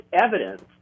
evidence